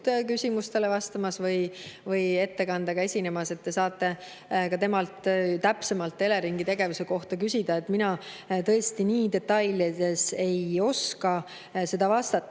küsimustele vastamas või ettekandega esinemas. Siis te saate temalt täpsemalt Eleringi tegevuse kohta küsida. Mina tõesti nii detailides ei oska vastata.